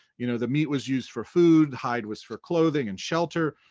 you know the meat was used for food, hide was for clothing and shelter,